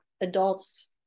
adults